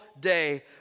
day